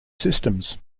systems